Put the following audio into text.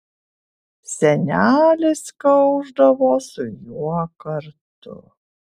senelis kaušdavo su juo kartu